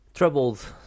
Troubled